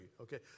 Okay